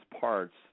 parts